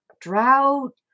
drought